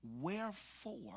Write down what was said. wherefore